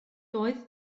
doedd